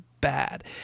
bad